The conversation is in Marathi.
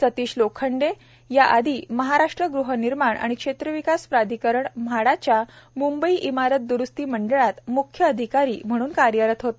सतीश लोखंडे या आधी महाराष्ट्र गृहनिर्माण आणि क्षेत्रविकास प्राधिकरण म्हाडाच्या मुंबई इमारत द्रुस्ती मंडळात मुख्य अधिकारी म्हणून कार्यरत होते